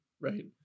right